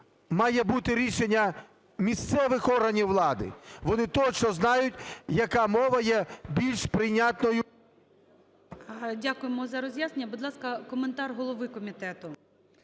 має бути рішення місцевих органів влади, вони точно знають, яка мова є більш прийнятною...